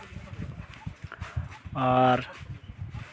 ᱟᱨ